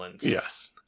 Yes